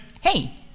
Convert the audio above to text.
Hey